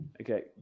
Okay